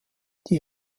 die